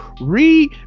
read